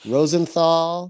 Rosenthal